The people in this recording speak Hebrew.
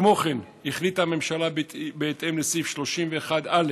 כמו כן החליטה הממשלה, בהתאם לסעיף 31(א)